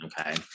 Okay